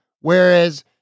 Whereas